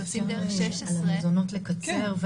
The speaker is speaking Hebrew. שעושים דרך 16 ------ מזונות לקצר.